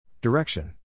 Direction